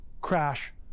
crash